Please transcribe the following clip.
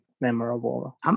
memorable